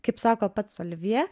kaip sako pats olivje